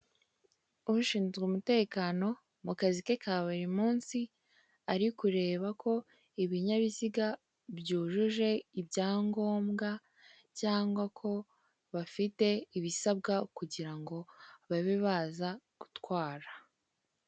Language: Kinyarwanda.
Ushinzwe umutekano mu kazi ke ka buri munsi, ari kureba ko ibinyabiziga byujuje ibyangombwa, cyangwa ko bafite ibisabwa kugira ngo babe baza gutwara.